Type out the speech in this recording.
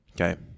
Okay